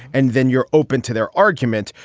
and then you're open to their argument,